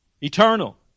Eternal